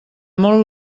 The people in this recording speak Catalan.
molt